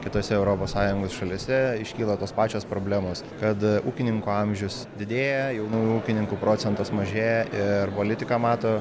kitose europos sąjungos šalyse iškyla tos pačios problemos kada ūkininko amžius didėja jaunų ūkininkų procentas mažėja ir politika mato